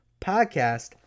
podcast